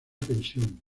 pensión